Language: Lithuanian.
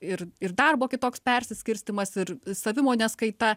ir ir darbo kitoks persiskirstymas ir savimonės kaita